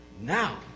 now